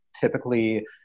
typically